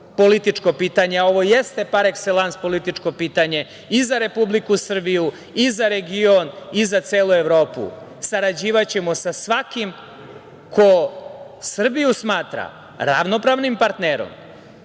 političko pitanje, a ovo jeste „par ekselans“ političko pitanje i za Republiku Srbiju i za region i za celu Evropu, sarađivaćemo sa svakim ko Srbiju smatra ravnopravnim partnerom,